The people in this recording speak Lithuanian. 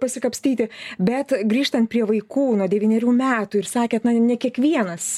pasikapstyti bet grįžtant prie vaikų nuo devynerių metų ir sakė ne kiekvienas